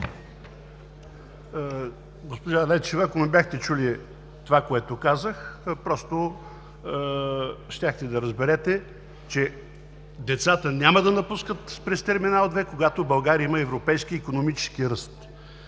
Госпожо Лечева, ако бяхте чули това, което казах, щяхте да разберете, че децата няма да напускат през Терминал 2, когато България има европейски икономически ръст.